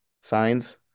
signs